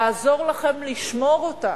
לעזור לכם לשמור אותה